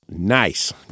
Nice